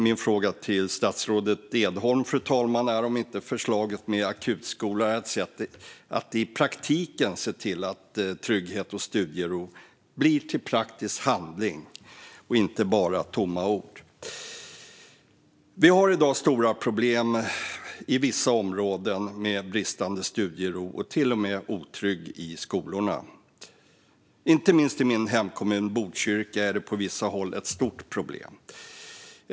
Min fråga till statsrådet Edholm är om inte förslaget med akutskola är ett sätt att se till att trygghet och studiero blir till praktisk handling, inte bara tomma ord. Det finns i dag stora problem i vissa områden med bristande studiero och även en otrygghet i skolorna. Inte minst i min hemkommun Botkyrka är det på vissa håll ett stort problem.